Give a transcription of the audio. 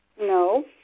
No